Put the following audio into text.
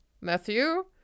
Matthew